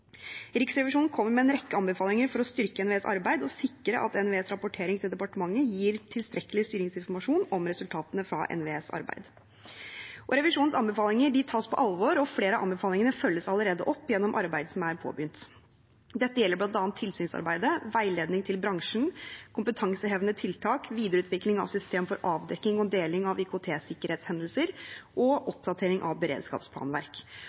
Riksrevisjonen kommer med en rekke anbefalinger for å styrke NVEs arbeid og sikre at NVEs rapportering til departementet gir tilstrekkelig styringsinformasjon om resultatene fra NVEs arbeid. Revisjonens anbefalinger tas på alvor, og flere av anbefalingene følges allerede opp gjennom arbeid som er påbegynt. Dette gjelder bl.a. tilsynsarbeidet, veiledning til bransjen, kompetansehevende tiltak, videreutvikling av systemer for avdekking og deling av IKT-sikkerhetshendelser og oppdatering av beredskapsplanverk.